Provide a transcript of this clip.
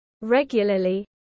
regularly